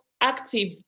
active